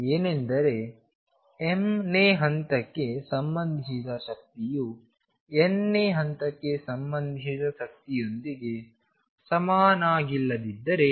ಏನೆಂದರೆ m ನೇ ಹಂತಕ್ಕೆ ಸಂಬಂಧಿಸಿದ ಶಕ್ತಿಯು nನೇ ಹಂತಕ್ಕೆ ಸಂಬಂಧಿಸಿದ ಶಕ್ತಿಯೊಂದಿಗೆ ಸಮನಾಗಿಲ್ಲದಿದ್ದರೆ